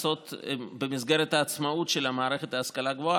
במסגרת העצמאות של המערכת להשכלה הגבוהה